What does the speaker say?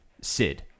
Sid